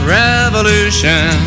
revolution